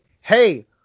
hey